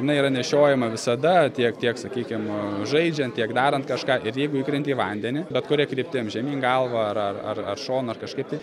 jinai yra nešiojama visada tiek tiek sakykim žaidžiant tiek darant kažką ir jeigu įkrenti į vandenį bet kuria kryptimi žemyn galva ar ar ar šonu ar kažkaip tai